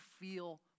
feel